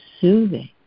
soothing